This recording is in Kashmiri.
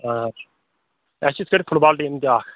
آ اَسہِ چھِ یِتھ کٲٹھۍ فُٹ بال ٹیٖم تہِ اَکھ